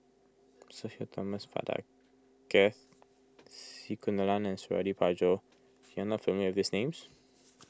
Sudhir Thomas Vadaketh C Kunalan and Suradi Parjo you are not familiar with these names